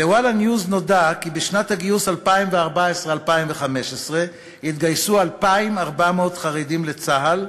ל'וואלה news' נודע כי בשנת הגיוס 2014 2015 התגייסו 2,400 חרדים לצה"ל,